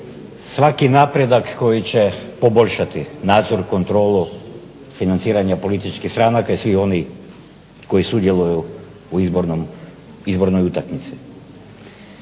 svaki napredak koji će poboljšati nadzor, kontrolu, financiranje političkih stranaka i svih onih koji sudjeluju u izbornoj utakmici.